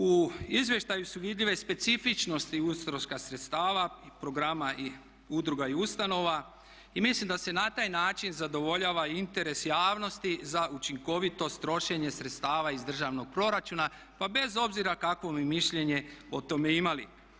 U izvještaju su vidljive specifičnosti utroška sredstava programa i udruga i ustanova i mislim da se na taj način zadovoljava interes javnosti za učinkovito trošenje sredstava iz državnog proračuna pa bez obzira kakvo mi mišljenje o tome imali.